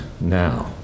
now